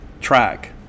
track